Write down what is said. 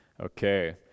Okay